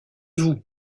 vous